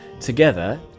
Together